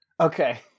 Okay